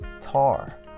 tar